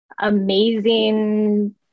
amazing